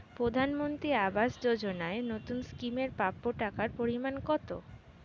প্রধানমন্ত্রী আবাস যোজনায় নতুন স্কিম এর প্রাপ্য টাকার পরিমান কত?